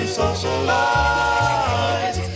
socialize